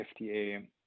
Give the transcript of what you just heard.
FDA